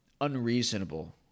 unreasonable